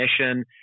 mission